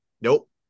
Nope